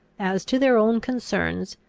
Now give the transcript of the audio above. as to their own concerns,